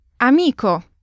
Amico